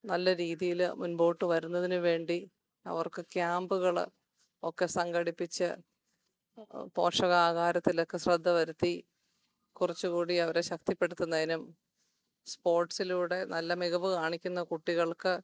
നല്ല രീതിയിൽ മുൻപോട്ട് വരുന്നതിനു വേണ്ടി അവർക്ക് ക്യാമ്പ്കൾ ഒക്കെ സംഘടിപ്പിച്ച് പോഷകാഹാരത്തിലൊക്കെ ശ്രദ്ധ വരുത്തി കുറച്ചു കൂടി അവരെ ശക്തിപ്പെടുത്തുന്നതിനും സ്പോർട്സിലൂടെ നല്ല മികവ് കാണിക്കുന്ന കുട്ടികൾക്ക്